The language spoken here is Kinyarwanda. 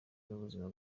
n’ubuzima